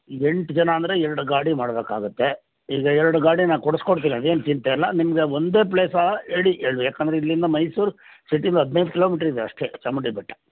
ಎಂಟು ಜನ ಅಂದರೆ ಎರ್ಡು ಗಾಡಿ ಮಾಡಬೇಕಾಗುತ್ತೆ ಈಗ ಎರ್ಡು ಗಾಡಿ ನಾನು ಕೊಡಿಸ್ಕೊಡ್ತೀನಿ ಅದೇನು ಚಿಂತೆ ಇಲ್ಲ ನಿಮ್ಗೆ ಒಂದೇ ಪ್ಲೇಸಾ ಹೇಳಿ ಏಕೆಂದ್ರೆ ಇಲ್ಲಿಂದ ಮೈಸೂರು ಸಿಟಿಯಿಂದ ಹದಿನೈದು ಮೀಟರ್ ಇದೆ ಅಷ್ಟೇ ಚಾಮುಂಡಿ ಬೆಟ್ಟ